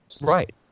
Right